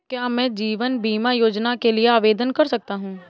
क्या मैं जीवन बीमा योजना के लिए आवेदन कर सकता हूँ?